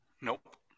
Nope